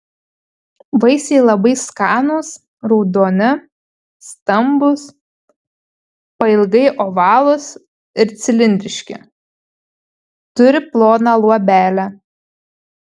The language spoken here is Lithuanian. vaisiai labai skanūs raudoni stambūs pailgai ovalūs ir cilindriški turi ploną luobelę